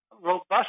robust